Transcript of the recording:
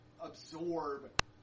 absorb